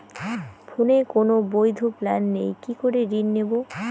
ফোনে কোন বৈধ প্ল্যান নেই কি করে ঋণ নেব?